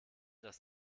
das